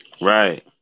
Right